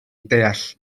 ddeall